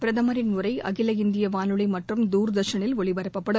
பிரதமரின் உரை அகில இந்திய வானொலி மற்றும் தூர்தர்ஷனில் ஒலிபரப்பப்படும்